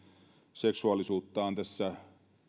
seksuaalisuuttaan tässä